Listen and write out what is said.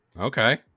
okay